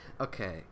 okay